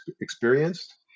experienced